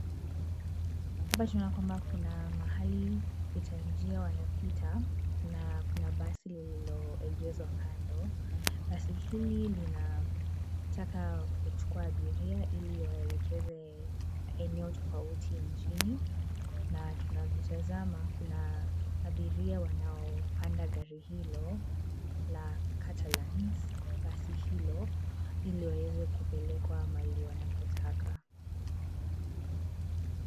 Hapa tunaona kwamba kuna mahali wapita njia wanapita na kuna basi lililoegeshwa kando. Basi hili linataka kuchukua abiria ili iwaelekeze eneo tofauti nchini. Na tunavyoitazama kuna abiria wanaopanda gari hilo la Catalans basi hilo ili waweze kupelekwa mahali wanapotaka.